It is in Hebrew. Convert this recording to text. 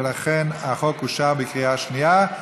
ולכן החוק אושר בקריאה שנייה.